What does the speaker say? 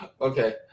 Okay